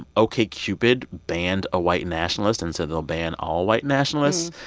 okcupid banned a white nationalist and said they'll ban all white nationalists.